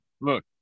Look